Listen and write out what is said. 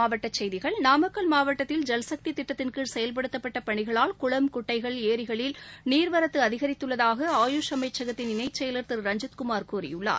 மாவட்ட செய்திகள் நாமக்கல் மாவட்டத்தில் ஐல் சக்தி திட்டத்தின்கீழ் செயல்படுத்தப்பட்ட பணிகளால் குளம் குட்டைகள் ஏரிகளில் நீர்வரத்து அதிகரித்துள்ளதாக ஆயுஷ் அமைச்சகத்தின் இணைச்செயலர் திரு ரஞ்சித்குமார் கூறியுள்ளார்